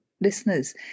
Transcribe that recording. listeners